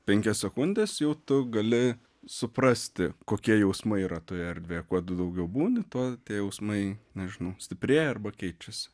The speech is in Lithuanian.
penkias sekundes jau tu gali suprasti kokie jausmai yra toje erdvėje kuo tu daugiau būni tuo tie jausmai nežinau stiprėja arba keičiasi